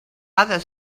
other